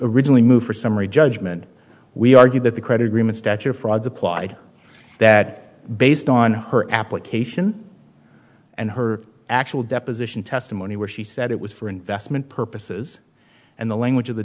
originally moved for summary judgment we argued that the credit agreement stature frauds applied that based on her application and her actual deposition testimony where she said it was for investment purposes and the language of the